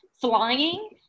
flying